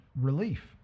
relief